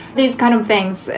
these kind of things.